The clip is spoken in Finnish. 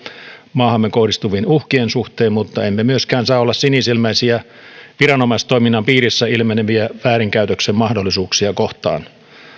maahamme kohdistuvien uhkien suhteen mutta emme myöskään saa olla sinisilmäisiä viranomaistoiminnan piirissä ilmeneviä väärinkäytöksen mahdollisuuksia kohtaan